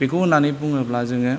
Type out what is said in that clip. बेखौ होननानै बुङोब्ला जोङो